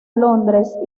londres